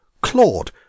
Claude